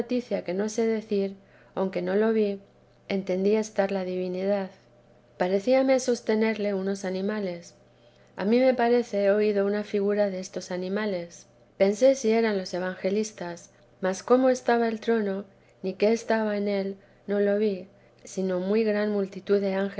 que no sé decir aunque no lo vi entendí estar la divinidad parecíame sostenerle unos animales a mí me parece he teresa de jes oído una figura destos animales pensé si eran los evangelistas mas cómo estaba el trono ni qué estaba en él no vi sino muy gran multitud de